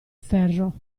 ferro